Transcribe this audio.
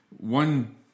one